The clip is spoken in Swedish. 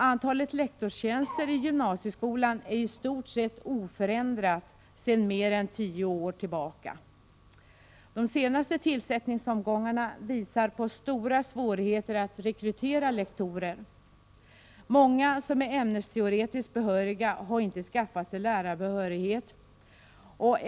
Antalet lektorstjänster i gymnasieskolan är i stort sett oförändrat sedan mer än tio år. De senaste tillsättningsomgångarna visar på stora svårigheter att rekrytera lektorer. Många som är ämnesteoretiskt behöriga har ej skaffat sig lärarbehörighet.